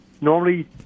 normally